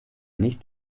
nicht